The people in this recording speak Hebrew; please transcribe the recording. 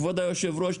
כבוד היושב-ראש,